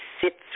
sits